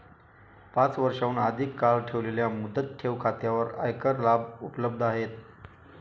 पाच वर्षांहून अधिक काळ ठेवलेल्या मुदत ठेव खात्यांवर आयकर लाभ उपलब्ध आहेत